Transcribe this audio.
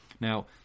Now